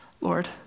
Lord